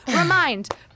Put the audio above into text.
remind